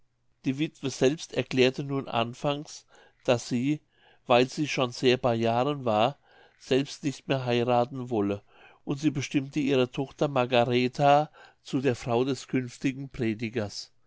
die wittwe selbst erklärte nun anfangs daß sie weil sie schon sehr bei jahren war selbst nicht mehr heirathen wolle und sie bestimmte ihre tochter margaretha zu der frau des künftigen predigers